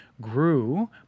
grew